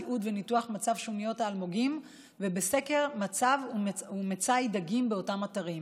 תיעוד וניתוח של מצב שוניות האלמוגים ובסקר מצב ומצאי דגים באותם אתרים.